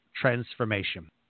transformation